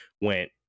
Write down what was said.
went